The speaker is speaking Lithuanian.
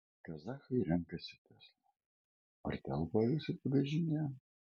kazachai renkasi tesla ar telpa avis bagažinėje